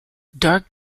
dark